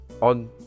on